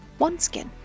OneSkin